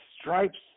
stripes